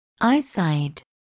eyesight